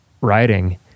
writing